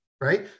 right